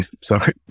Sorry